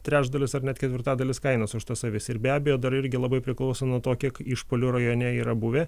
trečdalis ar net ketvirtadalis kainos už tas avis ir be abejo dar irgi labai priklauso nuo to kiek išpuolių rajone yra buvę